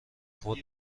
خود